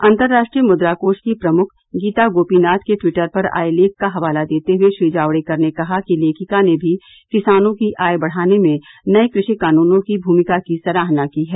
अन्तर्राष्ट्रीय मुद्रा कोष की प्रमुख गीता गोपीनाथ के ट्विटर पर आये लेख का हवाला देते हुए श्री जावडेकर ने कहा कि लेखिका ने भी किसानों की आय बढाने में नये कृषि कानूनों की भूमिका की सराहना की है